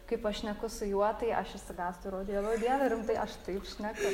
kaip aš šneku su juo tai aš išsigąstu ir o dieve o dieve rimtai aš taip šneku